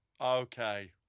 Okay